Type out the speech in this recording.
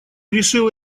решил